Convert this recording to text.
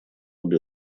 обе